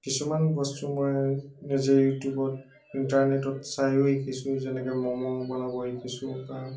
কিছুমান বস্তু মই নিজে ইউটিউবত ইণ্টাৰনেটত চায়ো শিকিছোঁ যেনেকৈ ম'ম' বনাব শিকিছোঁ বা